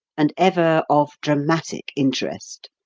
and ever of dramatic interest.